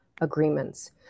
agreements